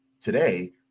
today